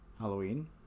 Halloween